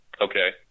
Okay